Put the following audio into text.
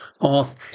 off